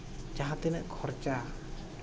ᱡᱟᱦᱟᱸ ᱛᱤᱱᱟᱹᱜ ᱠᱷᱚᱨᱪᱟ